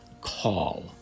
call